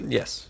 yes